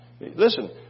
Listen